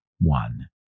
one